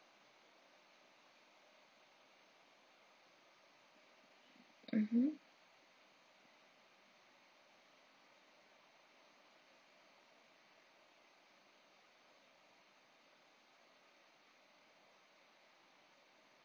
mmhmm